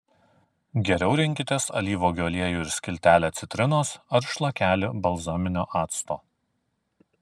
geriau rinkitės alyvuogių aliejų ir skiltelę citrinos ar šlakelį balzaminio acto